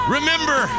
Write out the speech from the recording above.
Remember